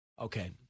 Okay